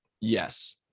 Yes